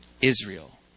Israel